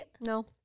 No